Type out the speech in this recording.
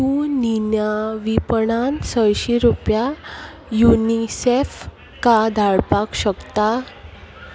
तूं निन्या विपणान संयशीं रुपया युनिसेफका धाडपाक शकता